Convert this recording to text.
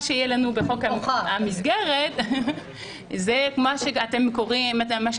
מה שיהיה לנו בחוק המסגרת זה מה שאתם מכירים